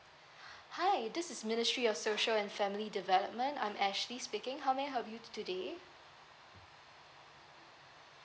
hi this is ministry of social and family development I'm ashley speaking how may I help you today